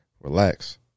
Relax